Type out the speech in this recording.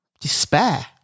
despair